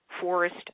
Forest